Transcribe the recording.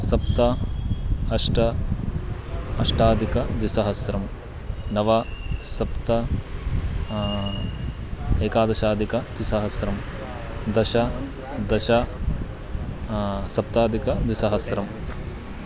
सप्त अष्ट अष्टाधिकद्विसहस्रं नव सप्त एकादशाधिकद्विसहस्रं दश दश सप्ताधिकद्विसहस्रम्